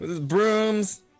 Brooms